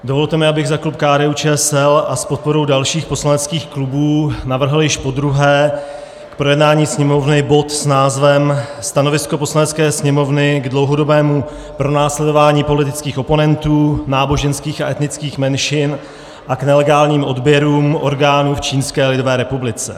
Dovolte mi, abych za klub KDUČSL a s podporou dalších poslaneckých klubů navrhl již podruhé k projednání Sněmovně bod s názvem Stanovisko Poslanecké sněmovny k dlouhodobému pronásledování politických oponentů, náboženských a etnických menšin a k nelegálním odběrům orgánů v Čínské lidové republice.